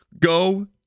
Go